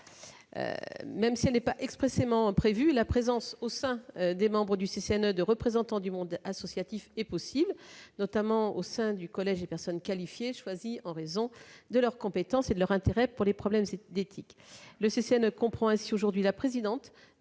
Même si elle n'est pas expressément prévue, la présence au sein des membres du CCNE de représentants du monde associatif est possible, notamment au sein du collège des personnes qualifiées choisies en raison de leur compétence et de leur intérêt pour les problèmes d'éthique. Le CCNE comprend ainsi aujourd'hui la présidente